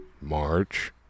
March